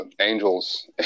angels